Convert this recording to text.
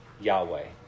Yahweh